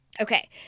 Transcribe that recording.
Okay